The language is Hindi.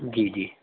जी जी